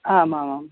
आम् आमाम्